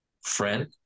friend